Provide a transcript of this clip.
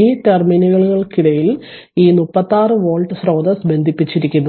ഈ ടെർമിനലുകൾക്കിടയിൽ ഈ 36 വോൾട്ട് സ്രോതസ്സ് ബന്ധിപ്പിച്ചിരിക്കുന്നു